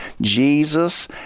Jesus